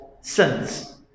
sins